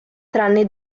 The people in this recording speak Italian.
tranne